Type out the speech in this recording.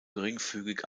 geringfügig